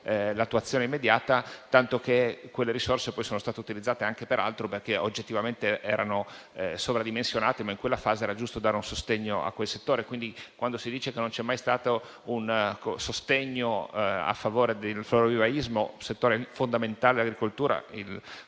l'attuazione immediata, tanto che quelle risorse poi sono state utilizzate anche per altro, perché oggettivamente erano sovradimensionate, ma in quella fase era giusto dare un sostegno al settore. Quindi non rappresenta del tutto la realtà dire che non c'è mai stato un sostegno a favore del florovivaismo, settore fondamentale per l'agricoltura. Il